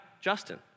Justin